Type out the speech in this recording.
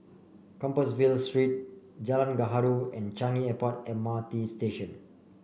Compassvale Street Jalan Gaharu and Changi Airport M R T Station